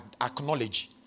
acknowledge